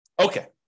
Okay